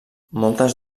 moltes